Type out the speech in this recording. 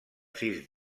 sis